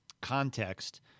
context